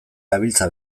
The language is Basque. gabiltza